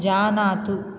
जानातु